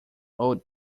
old